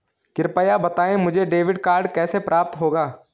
कृपया बताएँ मुझे डेबिट कार्ड कैसे प्राप्त होगा?